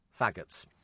faggots